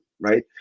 right